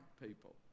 people